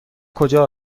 کجا